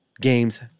games